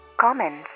comments